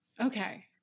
Okay